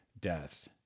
...death